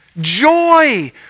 joy